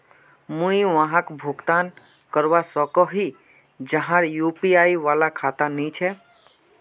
मुई वहाक भुगतान करवा सकोहो ही जहार यु.पी.आई वाला खाता नी छे?